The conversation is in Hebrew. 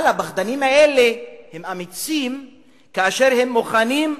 אבל הפחדנים האלה הם אמיצים כאשר הם מוכנים,